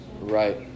Right